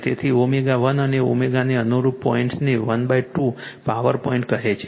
તેથી ω 1 અને ω ને અનુરૂપ પોઈન્ટને 12 પાવર પોઈન્ટ કહે છે